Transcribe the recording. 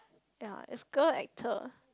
ye it's girl actor